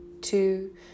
two